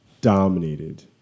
dominated